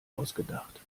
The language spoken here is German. ausgedacht